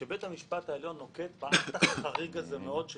שכשבית המשפט העליון נוקט באקט המאוד חריג הזה של